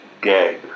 gag